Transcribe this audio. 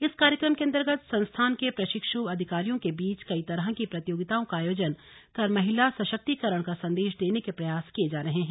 इस कार्यक्रम के अंतर्गत संस्थान के प्रक्षिशु अधिकारियों के बीच कई तरह की प्रतियोगिताओं का आयोजन कर महिला सशक्तिकरण का संदेश देने के प्रयास किए जा रहे हैं